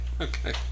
Okay